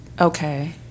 okay